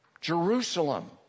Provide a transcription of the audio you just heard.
Jerusalem